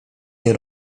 nie